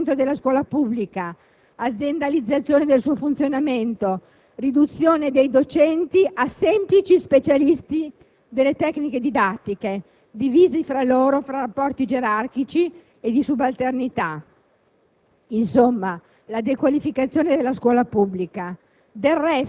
hanno parlato di decostruzione e definanziamento della scuola pubblica, di aziendalizzazione del suo funzionamento, di riduzione dei docenti a semplici specialisti delle tecniche didattiche, divisi fra loro da rapporti gerarchici e di subalternità.